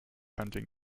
hunting